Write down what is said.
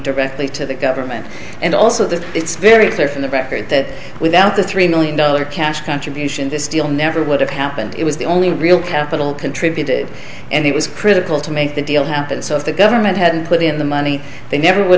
directly to the government and also that it's very clear from the record that without the three million dollar cash contribution this deal never would have happened it was the only real capital contributed and it was critical to make the deal happen so if the government hadn't put in the money they never would